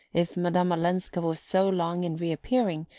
if madame olenska was so long in reappearing,